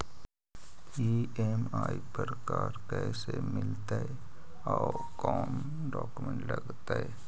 EMI पर car कैसे मिलतै औ कोन डाउकमेंट लगतै?